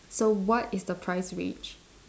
so what is the price range